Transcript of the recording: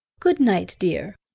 good-night, dear.